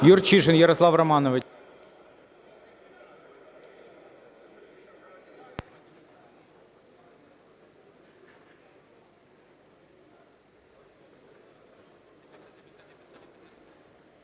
Юрчишин Ярослав Романович.